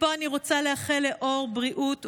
מפה אני רוצה לאחל לאור בריאות,